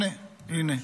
יפה.